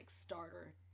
starter